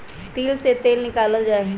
तिल से तेल निकाल्ल जाहई